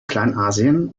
kleinasien